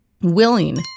willing